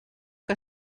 que